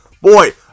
Boy